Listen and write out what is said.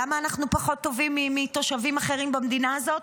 למה אנחנו פחות טובים מתושבים אחרים במדינה הזאת,